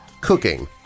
cooking